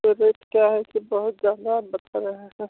तो रेट क्या है कि बहुत ज़्यादा आप बता रहे हैं